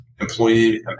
employee